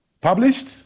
Published